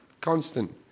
constant